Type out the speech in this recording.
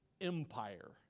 empire